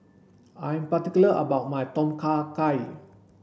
I'm particular about my Tom Kha Gai